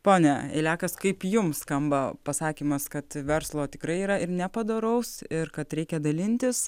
ponia eilekas kaip jums skamba pasakymas kad verslo tikrai yra ir nepadoraus ir kad reikia dalintis